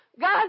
God